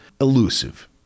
elusive